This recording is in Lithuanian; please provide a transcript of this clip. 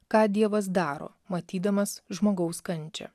ką dievas daro matydamas žmogaus kančią